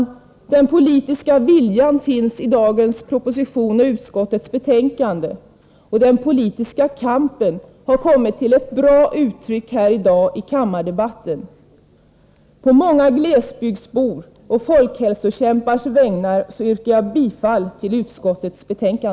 Den politiska viljan finns i dagens proposition och i utskottets betänkande, och den politiska kampen har kommit till ett bra uttryck här i kammardebatten. På många glesbygdsbors och folkhälsokämpars vägnar yrkar jag bifall till utskottets hemställan.